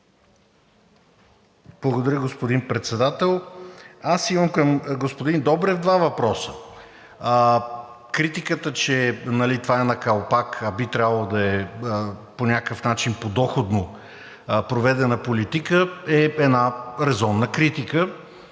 Благодаря, господин Председател. Аз имам към господин Добрев два въпроса. Критиката, че това е на калпак, а би трябвало да е по някакъв начин подоходно проведена политика, е една резонна критика,